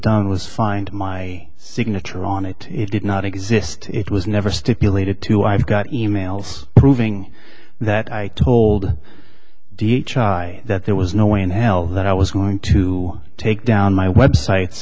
done was find my signature on it it did not exist it was never stipulated to i've got emails proving that i told d h i that there was no way in hell that i was going to take down my websites